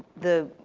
the,